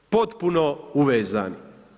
Potpuno uvezani.